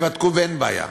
ובדקו ואין בעיה.